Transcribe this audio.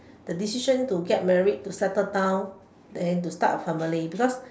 the decision to get married to settle down then to start a family because